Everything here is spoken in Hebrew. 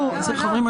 חברים,